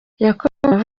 yakomeje